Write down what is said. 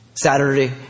Saturday